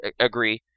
Agree